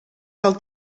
del